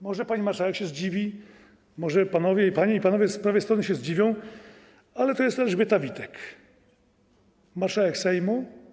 Może pani marszałek się zdziwi, może panie i panowie z prawej strony się zdziwią, ale to jest Elżbieta Witek - marszałek Sejmu.